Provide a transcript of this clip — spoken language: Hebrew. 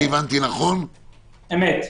אמת.